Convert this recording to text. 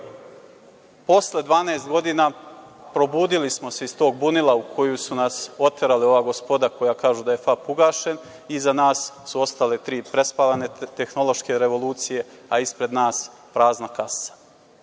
nema. Posle 12 godina probudili smo se iz tog bunila u koje su nas oterala ova gospoda koja kažu da je „Fap“ ugašen iza nas su ostale tri prespavane tehnološke revolucije, a ispred nas prazna kasa.